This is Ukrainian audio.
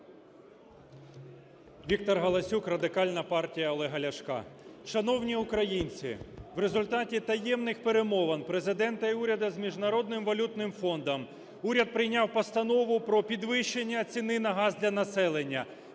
Віктор Галасюк, Радикальна партія Олега Ляшка. Шановні українці, в результаті таємних перемовин Президента і уряду з Міжнародним валютним фондом уряд прийняв Постанову про підвищення ціни на газ для населення